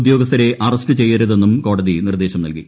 ഉദ്യോഗസ്ഥരെ അറസ്റ്റ് ചെയ്യരുതെന്നും കോടതി നിർദ്ദേശം നൽകി